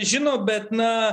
žino bet na